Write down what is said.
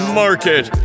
market